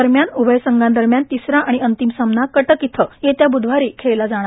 दरम्यान उभय संघादरम्यान तिसरा आणि अंतिम सामना कटक इथं येत्या ब्धवारी खेळला जाणार